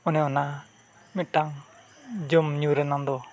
ᱚᱱᱮ ᱚᱱᱟ ᱢᱤᱫᱴᱟᱝ ᱡᱚᱢᱼᱧᱩ ᱨᱮᱱᱟᱜ ᱫᱚ